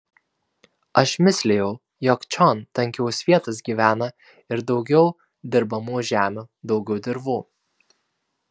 aš mislijau jog čion tankiau svietas gyvena ir daugiau dirbamų žemių daugiau dirvų